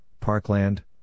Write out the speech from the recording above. Parkland